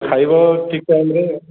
ଖାଇବ ଠିକ୍ ଟାଇମରେ